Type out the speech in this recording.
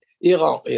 Iran